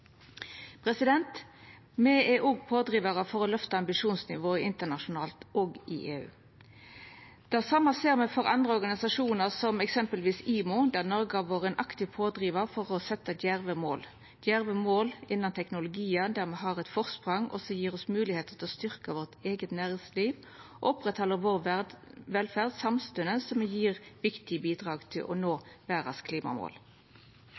Me er òg pådrivarar for å løfta ambisjonsnivået internasjonalt og i EU. Det same ser me for andre organisasjonar, som eksempelvis IMO, der Noreg har vore ein aktiv pådrivar for at det vert sett djerve mål. Og djerve mål innanfor teknologiar der me har eit forsprang, gjev oss moglegheiter til å styrkja vårt eige næringsliv og oppretthalda velferda vår samstundes som me gjev eit viktig bidrag til å nå verdas klimamål.